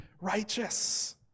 righteous